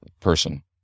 person